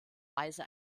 weise